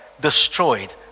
destroyed